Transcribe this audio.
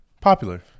Popular